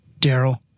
Daryl